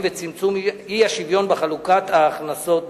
וצמצום האי-שוויון בחלוקת ההכנסות בחברה.